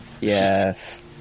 yes